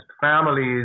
families